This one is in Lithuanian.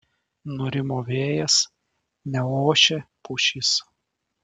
nurimo vėjas neošia pušys